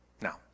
Now